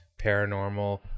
paranormal